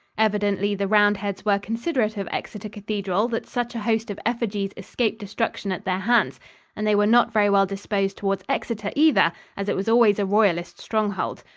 evidently the roundheads were considerate of exeter cathedral that such a host of effigies escaped destruction at their hands and they were not very well disposed towards exeter, either, as it was always a royalist stronghold.